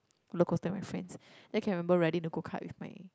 roller coaster with my friends then can remember riding the Go Cart with my